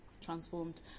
transformed